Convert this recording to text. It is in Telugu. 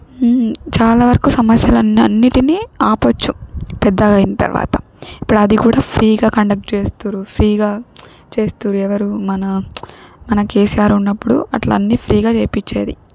చాలా వరకు సమస్యలను అన్నిటినీ ఆపొచ్చు పెద్దగయిన తర్వాత ఇప్పుడు అది కూడా ఫ్రీగా కండక్ట్ చేస్తురు ఫ్రీగా చేస్తురు ఎవరు మన మన కేసీఆర్ ఉన్నప్పుడు అట్లా అన్నీ ఫ్రీగా చేయించేది